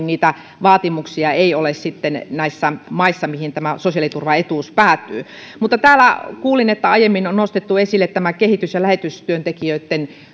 niitä vaatimuksia ei ole näissä maissa mihin sosiaaliturvaetuus päätyy kuulin että täällä aiemmin on nostettu esille kehitys ja lähetystyöntekijöitten